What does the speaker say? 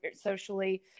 socially